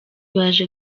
baje